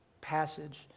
passage